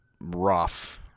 rough